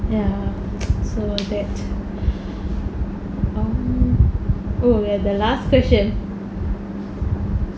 ya so that's all oh we are at the last question